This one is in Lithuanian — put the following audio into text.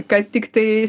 kad tiktai